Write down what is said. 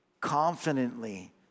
confidently